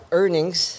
earnings